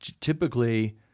typically